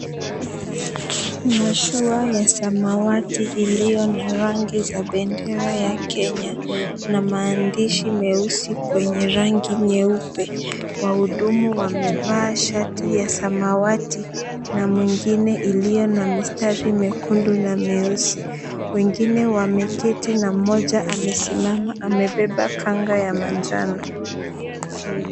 Mashua ya samawati iliyo na rangi za bendera ya Kenya na maandishi meusi kwenye rangi nyeupe. Wahudumu wamevaa shati ya samawati na mwingine iliyo na mistari miekundu na mieusi. Wengine wameketi na mmoja amesimama; amebeba kanga ya manjano.